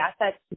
assets